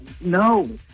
no